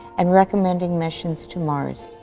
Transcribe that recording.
and recommending missions to mars.